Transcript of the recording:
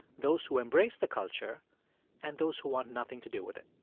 those who embrace the culture and those who want nothing to do with it.